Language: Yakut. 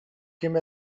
ким